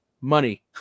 money